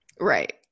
right